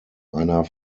einer